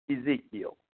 Ezekiel